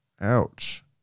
Ouch